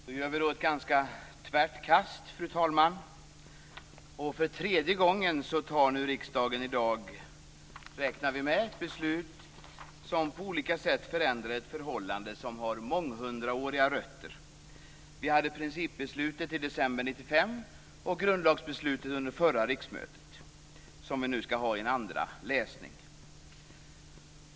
Fru talman! Vi gör nu ett ganska tvärt kast. Vi räknar med att riksdagen för tredje gången i dag fattar ett beslut som på olika sätt förändrar ett förhållande som har månghundraåriga rötter. Vi fattade principbeslutet i december 1995 och grundlagsbeslutet under förra riksmötet, som vi nu skall ha en andra röstning om.